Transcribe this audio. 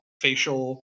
facial